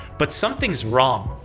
but, something's wrong.